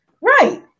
Right